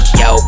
yo